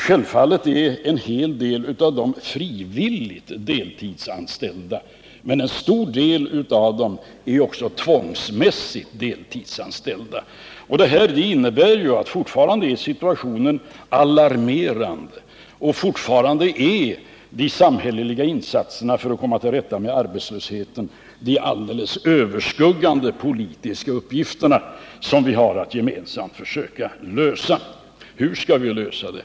Självfallet är en hel del frivilligt deltidsanställda, men en stor del av dem är tvångsmässigt deltidsanställda. Detta innebär att situationen fortfarande är alarmerande. Fortfarande är de samhälleliga insatserna för att komma till rätta med arbetslösheten de helt överskuggande politiska uppgifter som vi har att gemensamt försöka ta oss an. Hur skall vi lösa dessa problem?